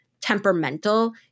temperamental